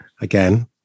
again